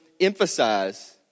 emphasize